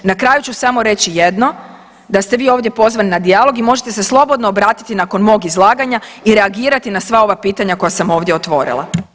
Na kraju ću samo reći jedno, da ste vi ovdje pozvani na dijalog i možete se slobodno obratiti nakon mog izlaganja i reagirati na sva ova pitanja koja sam ovdje otvorila.